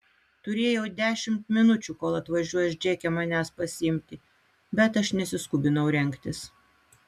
turėjau dešimt minučių kol atvažiuos džeke manęs pasiimti bet aš nesiskubinau rengtis